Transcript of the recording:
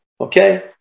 Okay